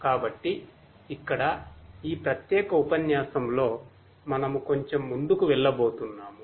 కాబట్టి ఇక్కడ ఈ ప్రత్యేక ఉపన్యాసంలో మనము కొంచెం ముందుకు వెళ్ళబోతున్నాము